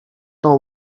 know